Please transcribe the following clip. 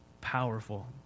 Powerful